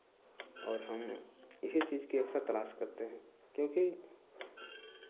और हम इसी चीज़ के ये सब तलाश करते हैं क्योंकि